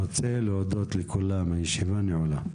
אני רוצה להודות לכולם, הישיבה נעולה.